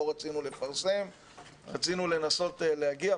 לא רצינו לפרסם אלא רצינו לנסות להגיע.